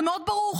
זה מאוד ברור.